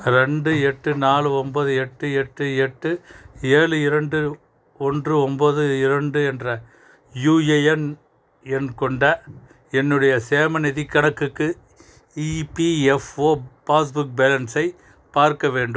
ரெண்டு எட்டு நாலு ஒம்பது எட்டு எட்டு எட்டு ஏழு இரண்டு ஒன்று ஒம்பது இரண்டு என்ற யுஎஎன் எண் கொண்ட என்னுடைய சேமநிதிக் கணக்குக்கு இபிஎஃப்ஓ பாஸ்புக் பேலன்ஸை பார்க்க வேண்டும்